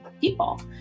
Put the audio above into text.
people